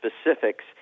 specifics